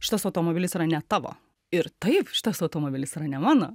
šitas automobilis yra ne tavo ir taip šitas automobilis yra ne mano